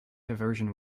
diversion